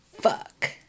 fuck